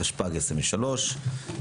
התשפ"ג-2023.